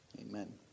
Amen